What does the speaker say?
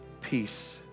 peace